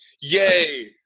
yay